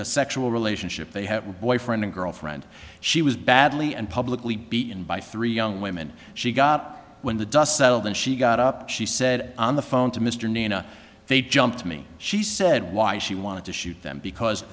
physical sexual relationship they have a boyfriend and girlfriend she was badly and publicly beaten by three young women she got when the dust settled and she got up she said on the phone to mr nana they jumped me she said why she wanted to shoot them because